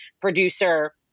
producer